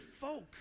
folk